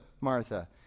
Martha